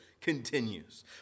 continues